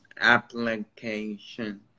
application